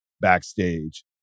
backstage